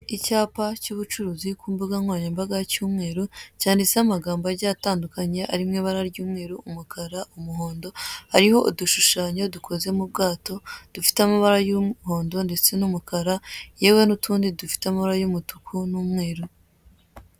Icyapa cy'ubucuruzi ku mbuga nkoranyambaga cy'umweru cyanditseho amagambo agiye atandukanye ari mu ibara ry'umweru, umukara, umuhondo, hariho udushushanyo dukozwe mu bwato dufite amabara y'umuhondo ndetse n'umukara, yewe n'utundi dufite amabara y'umutuku n'umweru.